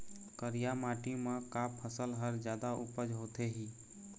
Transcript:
करिया माटी म का फसल हर जादा उपज होथे ही?